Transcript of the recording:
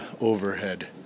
overhead